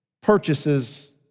purchases